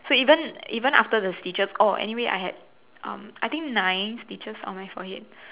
so even even after the stitches oh anyway I had um I think nine stitches on my forehead